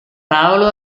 paolo